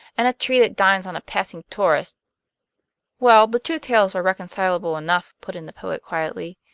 and a tree that dines on a passing tourist well, the two tales are reconcilable enough, put in the poet quietly.